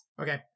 Okay